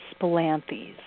Spilanthes